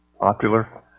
popular